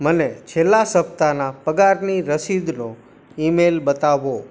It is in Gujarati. મને છેલ્લા સપ્તાહના પગારની રસીદનો ઇ મેલ બતાવો